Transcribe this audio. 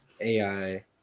AI